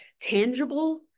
tangible